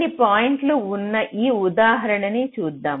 కొన్ని పాయింట్లు ఉన్న ఈ ఉదాహరణను చూద్దాం